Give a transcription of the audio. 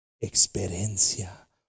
experiencia